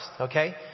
okay